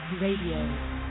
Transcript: Radio